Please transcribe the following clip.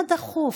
מה דחוף?